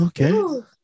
Okay